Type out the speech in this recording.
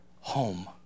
home